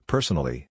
Personally